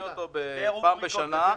אביא אותו פעם בשנה.